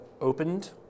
opened